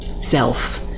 self